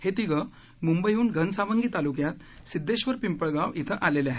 हे तिघं मुंबईहन घनसावंगी तालुक्यात सिध्देक्षर पिंपळगाव इथं आलेले आहेत